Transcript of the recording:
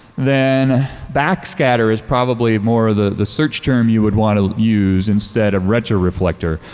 then back scatter is probably more the search term you would want to use instead of retroreflector.